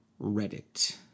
Reddit